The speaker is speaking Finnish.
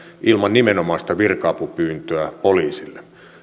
ilman nimenomaista virka apupyyntöä poliisille